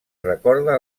recorda